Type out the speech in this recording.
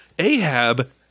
ahab